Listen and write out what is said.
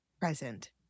present